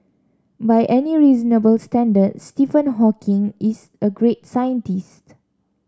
by any reasonable standard Stephen Hawking is a great scientist